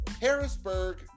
Harrisburg